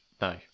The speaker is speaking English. no